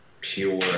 pure